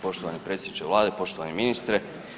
Poštovani predsjedniče Vlade, poštovani ministre.